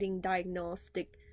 diagnostic